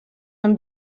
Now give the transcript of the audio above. han